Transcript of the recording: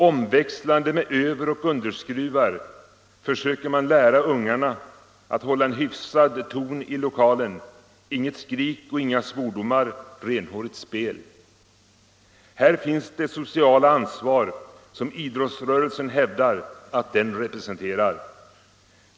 Omväxlande med överoch underskruvar försöker man lära ungarna att hålla en hyfsad ton i lokalen, inget skrik och inga svordomar, renhårigt spel..; Här finns det sociala ansvar, som idrottsrörelsen hävdar att den representerar.